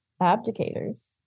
abdicators